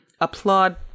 applaud